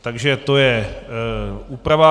Takže to je úprava.